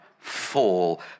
fall